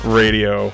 radio